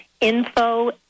info